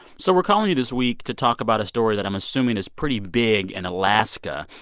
so we're calling you this week to talk about a story that i'm assuming is pretty big in alaska.